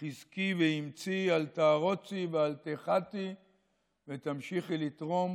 חזקי ואמצי, אל תערוצי ואל תיחתי ותמשיכי לתרום,